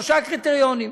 שלושה קריטריונים.